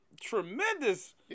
Tremendous